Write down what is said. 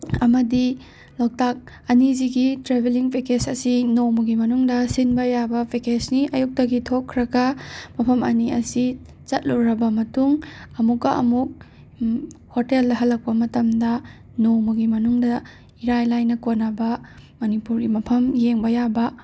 ꯑꯃꯗꯤ ꯂꯣꯛꯇꯥꯛ ꯑꯅꯤꯖꯤꯒꯤ ꯇ꯭ꯔꯦꯕꯦꯜꯂꯤꯡ ꯄꯦꯛꯀꯦꯖ ꯑꯁꯤ ꯅꯣꯡꯃꯒꯤ ꯃꯅꯨꯡꯗ ꯁꯤꯟꯕ ꯌꯥꯕ ꯄꯦꯛꯀꯦꯖꯅꯤ ꯑꯌꯨꯛꯇꯒꯤ ꯊꯣꯛꯈ꯭ꯔꯒ ꯃꯐꯝ ꯑꯅꯤ ꯑꯁꯤ ꯆꯠꯂꯨꯔꯕ ꯃꯇꯨꯡ ꯑꯃꯨꯛꯀ ꯑꯃꯨꯛ ꯍꯣꯇꯦꯜꯗ ꯍꯂꯛꯄ ꯃꯇꯝꯗ ꯅꯣꯡꯃꯒꯤ ꯃꯅꯨꯡꯗ ꯏꯔꯥꯏ ꯂꯥꯏꯅ ꯀꯣꯟꯅꯕ ꯃꯅꯤꯄꯨꯔꯒꯤ ꯃꯐꯝ ꯌꯦꯡꯕ ꯌꯥꯕ